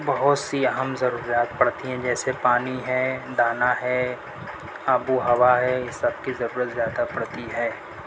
بہت سی اہم ضروریات پڑتی ہیں جیسے پانی ہے دانہ ہے آب و ہوا ہے اس سب کی ضرورت زیادہ پڑتی ہے